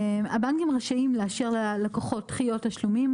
הבנקים רשאים לאשר ללקוחות דחיות תשלומים